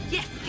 Yes